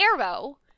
Arrow